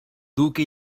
duque